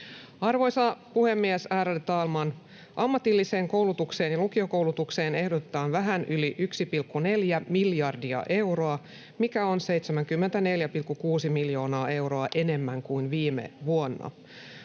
Arvoisa puhemies, ärade talman! Ammatilliseen koulutukseen ja lukiokoulutukseen ehdotetaan vähän yli 1,4 miljardia euroa, mikä on 74,6 miljoonaa euroa enemmän kuin viime vuonna.